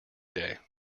day